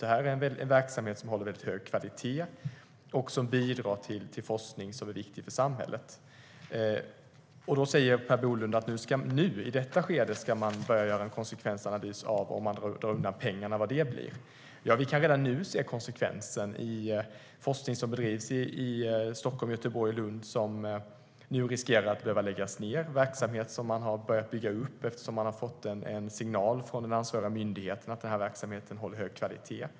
Det handlar om en verksamhet som håller hög kvalitet och som bidrar till forskning som är viktig för samhället. Då säger Per Bolund att man nu, i detta skede, ska börja göra en konsekvensanalys av hur det blir om man drar undan pengarna. Vi kan redan nu se konsekvenser för forskning som bedrivs i Stockholm, Göteborg och Lund, som nu riskerar att läggas ned. Det är verksamhet som man har börjat bygga upp eftersom man har fått en signal från den ansvariga myndigheten att verksamheten håller hög kvalitet.